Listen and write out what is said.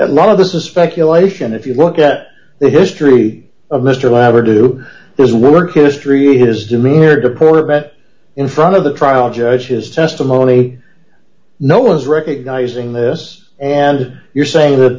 a lot of this is speculation if you look at the history of mr lever do this work history is a mere department in front of the trial judges testimony no one's recognizing this and you're saying that